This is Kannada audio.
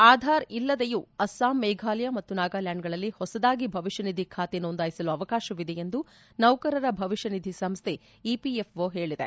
ಆಧಾರ್ ಇಲ್ಲದೆಯೂ ಅಸ್ಲಾಂ ಮೇಘಾಲಯ ಮತ್ತು ನಾಗಾಲ್ವಾಂಡ್ಗಳಲ್ಲಿ ಹೊಸದಾಗಿ ಭವಿಷ್ಣನಿಧಿ ಬಾತೆಯನ್ನು ನೋಂದಾಯಿಸಲು ಅವಕಾಶವಿದೆ ಎಂದು ನೌಕರರ ಭವಿಷ್ಣನಿಧಿ ಸಂಸ್ಥೆ ಇಪಿಎಫ್ಒ ಹೇಳಿದೆ